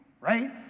right